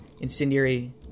incendiary